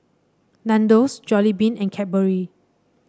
Nandos Jollibean and Cadbury